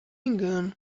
engano